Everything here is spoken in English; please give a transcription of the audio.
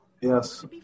Yes